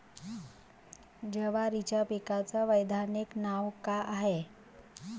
जवारीच्या पिकाचं वैधानिक नाव का हाये?